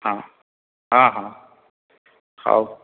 ହଁ ହଁ ହଁ ହଉ